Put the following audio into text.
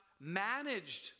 managed